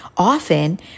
Often